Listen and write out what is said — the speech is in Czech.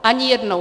Ani jednou.